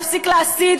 להפסיק להסית,